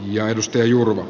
jaetusta jurmu